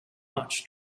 such